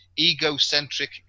egocentric